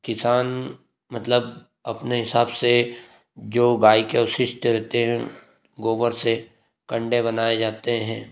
किसान मतलब अपने हिसाब से जो गाय के अपशिष्ट रहते हैं गोबर से कंडे बनाए जाते हैं